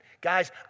Guys